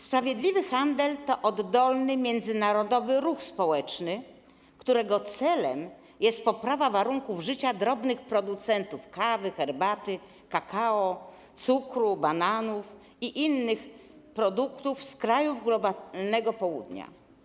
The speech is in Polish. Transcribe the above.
Sprawiedliwy handel to oddolny międzynarodowy ruch społeczny, którego celem jest poprawa warunków życia drobnych producentów kawy, herbaty, kakao, cukru, bananów i innych produktów z krajów globalnego Południa.